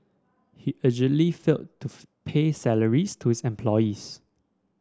he allegedly failed to pay salaries to his employees